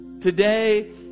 Today